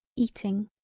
eating.